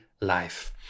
life